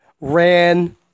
ran